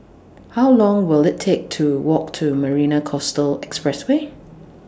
How Long Will IT Take to Walk to Marina Coastal Expressway